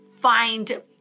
find